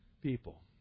people